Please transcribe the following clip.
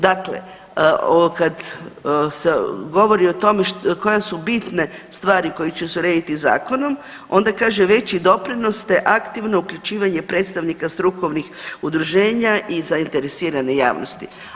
Dakle, kad se govori o tome koje su bitne stvari koje će se urediti zakonom onda kaže veći doprinos te aktivno uključivanje predstavnika strukovnih udruženja i zainteresirane javnosti.